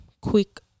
quick